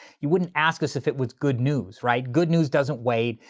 you wouldn't ask us if it was good news, right? good news doesn't wait,